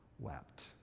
wept